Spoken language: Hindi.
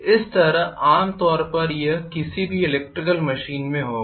इस तरह आम तौर पर यह किसी भी इलेक्ट्रिकल मशीन में होगा